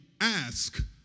ask